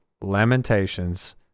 Lamentations